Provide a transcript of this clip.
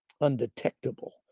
undetectable